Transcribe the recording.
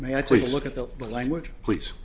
may i tell you look at the language please